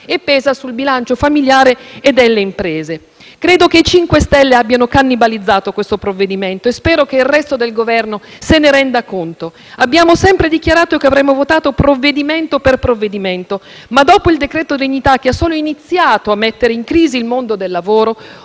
e pesa sul bilancio familiare e delle imprese. Credo che i 5 Stelle abbiano cannibalizzato questo provvedimento e spero che il resto del Governo se ne renda conto. Abbiamo sempre dichiarato che avremmo votato provvedimento per provvedimento, ma, dopo il decreto dignità, che ha solo iniziato a mettere in crisi il mondo del lavoro,